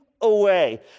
away